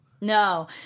No